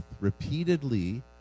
repeatedly